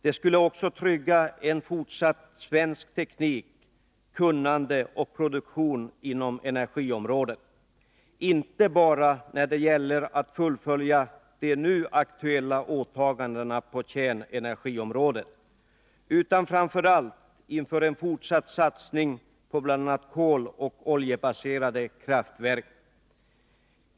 Det skulle också trygga svensk teknik, kunnande och produktion i fortsättningen inom energiområdet, inte bara när det gäller att fullfölja de nu aktuella åtagandena på kärnenergiområdet utan framför allt inför en fortsatt satsning på bl.a. koloch oljebaserade kraftverk.